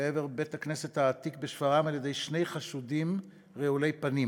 לעבר בית-הכנסת העתיק בשפרעם על-ידי שני רעולי פנים.